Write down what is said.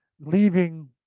leaving